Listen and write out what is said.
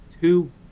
two